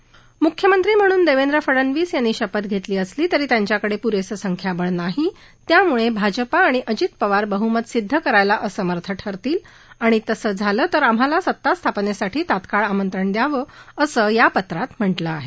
म्ख्यमंत्री म्हणून देवेंद्र फडनवीस यांनी शपथ घेतली असली तरी त्यांच्याकडे प्रेसं संख्याबळ नाही त्यामुळे भाजपा आणि अजित पवार बहमत सिद्ध करायला असमर्थ ठरतील आणि तसं झालं तर आम्हाला सत्ता स्थापनेसाठी तात्काळ आमंत्रण दयावं असं या पत्रात म्ह लं आहे